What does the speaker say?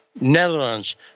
netherlands